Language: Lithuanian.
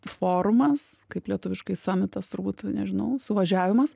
forumas kaip lietuviškai samitas turbūt nežinau suvažiavimas